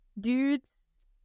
dudes